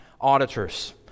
auditors